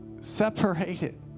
Separated